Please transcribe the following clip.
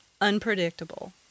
Unpredictable